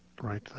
right